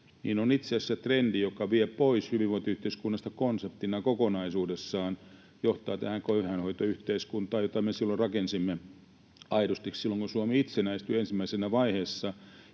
avasi, on itse asiassa trendi, joka vie pois hyvinvointiyhteiskunnasta konseptina kokonaisuudessaan ja johtaa tähän köyhäinhoitoyhteiskuntaan, jota me rakensimme aidosti silloin, kun Suomi itsenäistyi, ensimmäisessä vaiheessa.